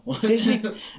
Disney